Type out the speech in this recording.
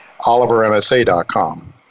olivermsa.com